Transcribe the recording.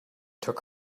took